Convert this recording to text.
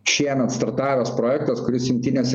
šiemet startavęs projektas kuris jungtinėse